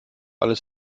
alles